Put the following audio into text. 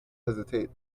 hesitate